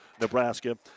Nebraska